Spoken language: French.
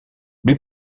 lui